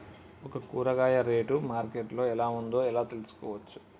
ఒక కూరగాయ rate market లో ఎలా ఉందో ఎలా తెలుసుకోవచ్చు?